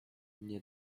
mnie